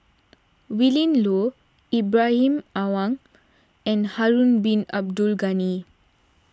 Willin Low Ibrahim Awang and Harun Bin Abdul Ghani